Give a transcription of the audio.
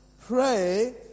pray